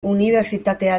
unibertsitatea